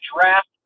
draft